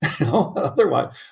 Otherwise